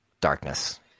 darkness